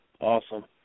awesome